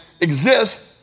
exists